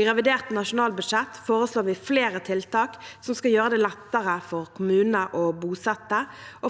I revidert nasjonalbudsjett foreslår vi flere tiltak som skal gjøre det lettere for kommunene å bosette.